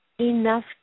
enough